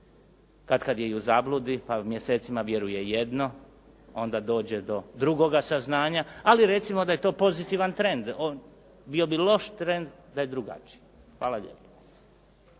katkad je i u zabludi pa mjesecima vjeruje jedno, onda dođe do drugoga saznanja, ali recimo da je to pozitivan trend. Bio bi loš trend da je drugačije. Hvala lijepo.